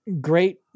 great